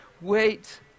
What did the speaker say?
Wait